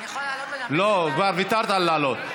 לא, ויתרת על לעלות.